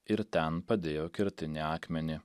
ir ten padėjo kertinį akmenį